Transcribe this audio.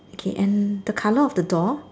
okay and the colour of the door